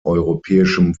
europäischem